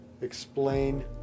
explain